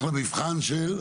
רוצה לצאת לחופש.